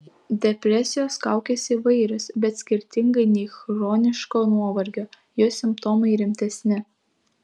depresijos kaukės įvairios bet skirtingai nei chroniško nuovargio jos simptomai rimtesni